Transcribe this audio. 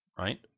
right